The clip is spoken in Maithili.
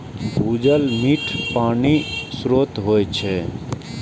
भूजल मीठ पानिक स्रोत होइ छै